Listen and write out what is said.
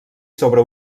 sobre